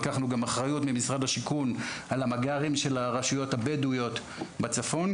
לקחנו גם אחריות ממשרד השיכון על המג״רים של הרשויות הבדואיות בצפון,